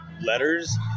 letters